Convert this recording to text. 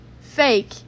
fake